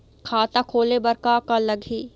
खाता खोले बर का का लगही?